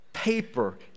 paper